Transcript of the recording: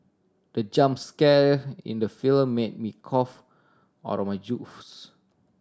the jump scare in the film made me cough out my juice